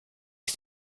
ist